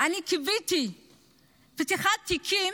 אני קיוויתי שפתיחת תיקים